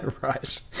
Right